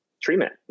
treatment